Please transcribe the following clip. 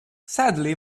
sadly